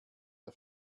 der